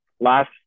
Last